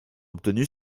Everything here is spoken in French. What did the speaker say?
obtenu